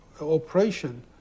operation